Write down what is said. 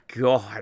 god